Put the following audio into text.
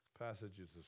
Passages